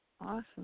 Awesome